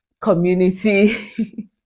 community